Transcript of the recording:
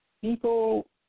People